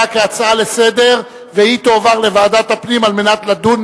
כהצעה לסדר-היום ותועבר לוועדת הפנים כדי לדון